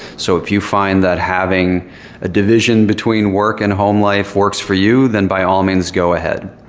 so if you find that having a division between work and home life works for you then, by all means, go ahead.